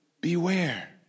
Beware